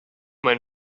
when